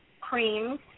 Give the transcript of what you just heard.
creams